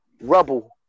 rubble